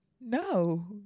No